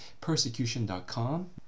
persecution.com